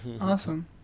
Awesome